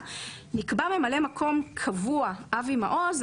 ממלא המקום הקבוע הוא אבי מעוז.